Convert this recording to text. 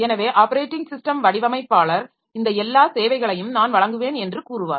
எனவே operating system வடிவமைப்பாளர் இந்த எல்லா சேவைகளையும் நான் வழங்குவேன் என்று கூறுவார்